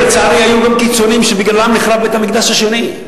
לצערי היו גם קיצוניים שבגללם נחרב בית-המקדש השני.